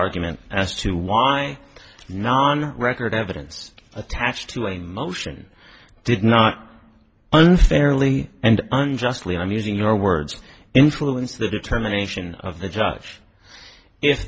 argument as to why now on record evidence attached to a motion did not unfairly and unjustly i'm using your words influence the determination of the judge